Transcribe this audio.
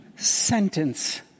sentence